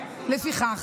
לפיכך,